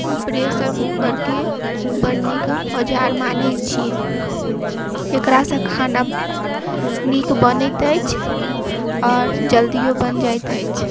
हम pressure cooker के बड नीक औजार मानै छियै जेकरा से खाना नीक बनैत अछि आओर जल्दियो बनि जाइत अछि